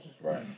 Right